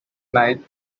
night